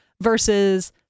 versus